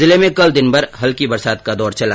जिले में कल दिनभर हल्की बरसात का दौर चला